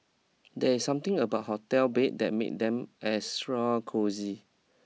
there's something about hotel bed that make them extra cosy